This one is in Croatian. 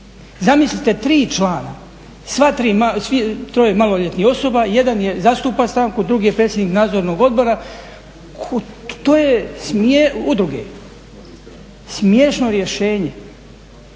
Zamislite tri člana i sva tri, svi troje maloljetnih osoba, jedan zastupa stranku, drugi je predsjednik nadzornog odbora, udruge, to je smiješno rješenje.